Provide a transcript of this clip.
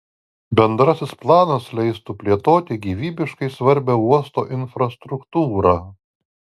bendrasis planas leistų plėtoti gyvybiškai svarbią uosto infrastruktūrą